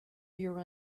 your